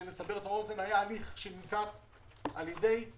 לא כחברי ועדת החמישה, אפשר לראות את הפנייה: